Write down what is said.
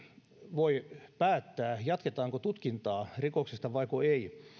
voi päättää jatketaanko tutkintaa rikoksista vaiko ei